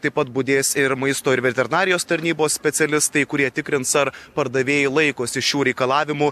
taip pat budės ir maisto ir veterinarijos tarnybos specialistai kurie tikrins ar pardavėjai laikosi šių reikalavimų